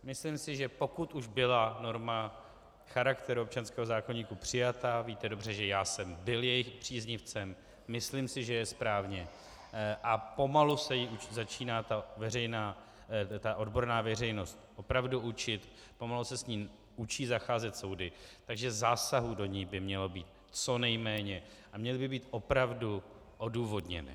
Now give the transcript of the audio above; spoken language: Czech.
Myslím si, že pokud už byla norma charakteru občanského zákoníku přijata, a víte dobře, že já jsem byl jejím příznivcem, myslím si, že je správně a pomalu se ji začíná odborná veřejnost opravdu učit, pomalu se učí s ní zacházet soudy, tak že zásahů do ní by mělo být co nejméně a měly by být opravdu odůvodněné.